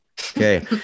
Okay